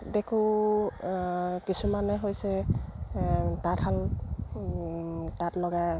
দেখোঁ কিছুমানে হৈছে তাঁতশাল তাঁত লগাই